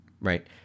right